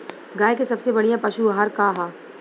गाय के सबसे बढ़िया पशु आहार का ह?